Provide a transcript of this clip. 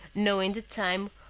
knowing the time,